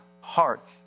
heart